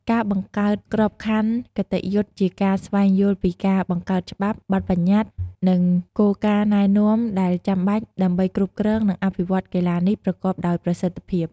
ការបង្កើតក្របខ័ណ្ឌគតិយុត្ដជាការ ស្វែងយល់ពីការបង្កើតច្បាប់ បទប្បញ្ញត្តិ និងគោលការណ៍ណែនាំដែលចាំបាច់ដើម្បីគ្រប់គ្រង និងអភិវឌ្ឍកីឡានេះប្រកបដោយប្រសិទ្ធភាព។